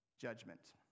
judgment